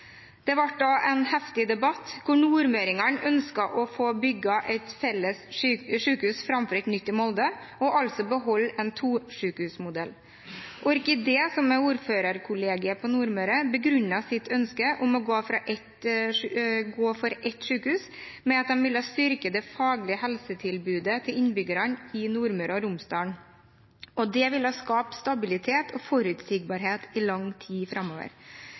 ble da en heftig debatt hvor nordmøringene ønsket å få bygd et felles sykehus framfor et nytt i Molde og altså beholde en modell med to sykehus. ORKidé, som er ordførerkollegiet på Nordmøre, begrunnet sitt ønske om å gå inn for ett sykehus med at de ville styrke det faglige helsetilbudet til innbyggerne i Nordmøre og Romsdal, og det ville skape stabilitet og forutsigbarhet i lang tid framover.